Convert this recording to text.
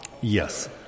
Yes